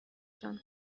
جان